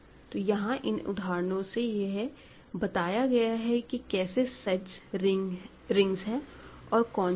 तो यहां इन उदाहरणों से यह बताया गया है कि कैसे सेट्स रिंग्स है और कौनसे नहीं